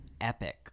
epic